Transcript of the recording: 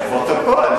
לפרוטוקול.